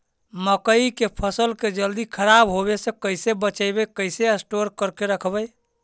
मकइ के फ़सल के जल्दी खराब होबे से कैसे बचइबै कैसे स्टोर करके रखबै?